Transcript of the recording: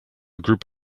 group